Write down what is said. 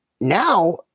now